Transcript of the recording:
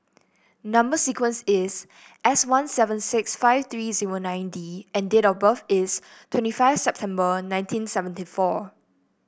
number sequence is S one seven six five three zero nine D and date of birth is twenty five September nineteen seventy four